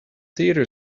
theater